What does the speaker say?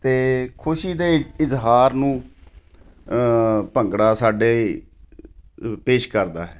ਅਤੇ ਖੁਸ਼ੀ ਦੇ ਇ ਇਜ਼ਹਾਰ ਨੂੰ ਭੰਗੜਾ ਸਾਡੇ ਪੇਸ਼ ਕਰਦਾ ਹੈ